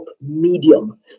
medium